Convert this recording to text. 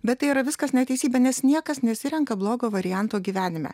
bet tai yra viskas neteisybė nes niekas nesirenka blogo varianto gyvenime